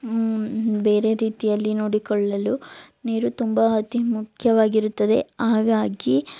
ಬೇರೆ ರೀತಿಯಲ್ಲಿ ನೋಡಿಕೊಳ್ಳಲು ನೀರು ತುಂಬ ಅತಿ ಮುಖ್ಯವಾಗಿರುತ್ತದೆ ಹಾಗಾಗಿ